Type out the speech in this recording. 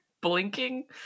blinking